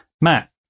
Matt